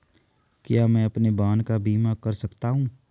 क्या मैं अपने वाहन का बीमा कर सकता हूँ?